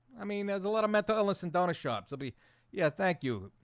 i mean, there's a lot of mental illness and donut shops. i'll be yeah. thank you